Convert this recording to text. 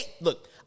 Look